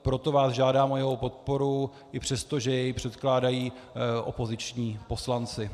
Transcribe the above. Proto vás žádám o jeho podporu i přesto, že jej předkládají opoziční poslanci.